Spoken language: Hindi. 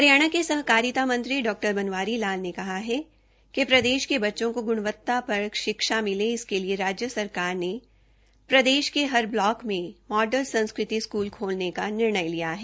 हरियाणा के सहकारिता मंत्री डॉ बनवारी लाल ने कहा है कि प्रदेश के बच्चों को गुणवत्तापरक शिक्षा मिले इसके लिए राज्य सरकार ने प्रदेश के हर ब्लाक में मॉडल संस्कृति स्कूल खोलने का निर्णय लिया है